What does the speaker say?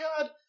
god